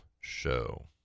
show